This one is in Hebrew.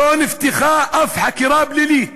לא נפתחה אף חקירה פלילית